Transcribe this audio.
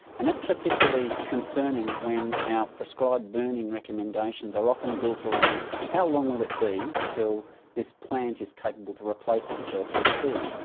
and that's particularly concerning when our prescribed burning recommendations are often built around how long will it be until this plant is capable to replace itself with seed.